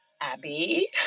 Abby